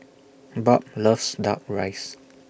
Barb loves Duck Rice